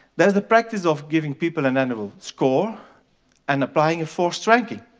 there's the practice of giving people an annual score and applying a forced ranking.